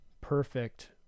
perfect